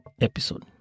episode